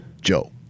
Joe